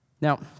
Now